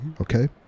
Okay